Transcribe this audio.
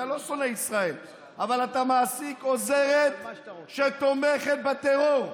אתה לא שונא ישראל אבל אתה מעסיק עוזרת שתומכת בטרור,